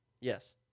Yes